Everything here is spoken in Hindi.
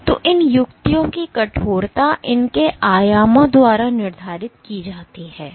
तो इन युक्तियों की कठोरता इसके आयामों द्वारा निर्धारित की जाती है